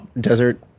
Desert